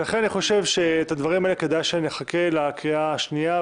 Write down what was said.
לכן אני חושב שכדאי שנחכה לקריאה השנייה.